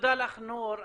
תודה לך, נור.